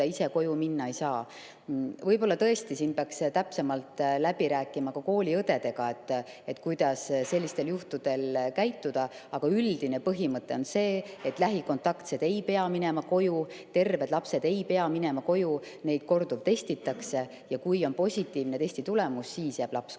ise koju minna ei saa. Võib-olla tõesti peaks täpsemalt läbi rääkima ka kooliõdedega, kuidas sellistel juhtudel käituda, aga üldine põhimõte on see, et lähikontaktsed ei pea minema koju, terved lapsed ei pea minema koju, neid korduvtestitakse ja kui on positiivne testitulemus, siis jääb laps koju.